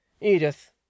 Edith